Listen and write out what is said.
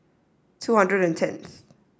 two hundred and tenth